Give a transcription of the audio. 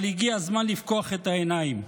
אבל הגיע הזמן לפקוח את העיניים.